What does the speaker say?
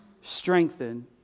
strengthen